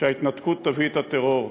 שההתנתקות תביא את הטרור.